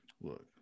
Look